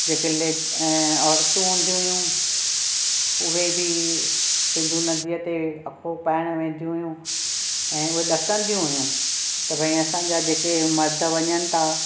जेके लेट ऐं औरतूं हूंदियूं हुयूं उहे बि सिंधू नदीअ ते अखो पाइणु वेंदियूं हुयूं ऐं उहे ॾकंदियूं हुयूं त ॿई असांजा जेके मर्द वञनि था